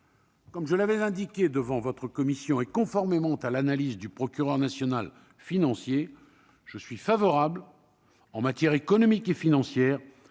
comme je l'avais déjà indiqué devant votre commission, et conformément à l'analyse du procureur national financier, je suis favorable, en matière économique et financière,